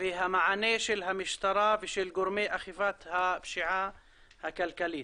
והמענה של המשטרה ושל גורמי אכיפת הפשיעה הכלכלית.